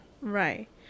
Right